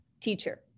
teacher